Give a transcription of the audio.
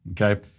okay